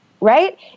right